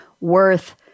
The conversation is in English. worth